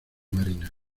marina